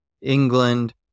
England